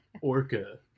Orca